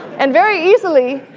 and very easily,